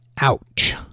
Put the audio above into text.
Ouch